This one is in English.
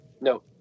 no